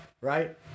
right